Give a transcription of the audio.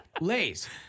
Lays